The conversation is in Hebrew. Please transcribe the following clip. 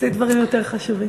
עשית דברים יותר חשובים.